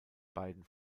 beiden